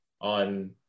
on